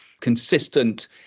consistent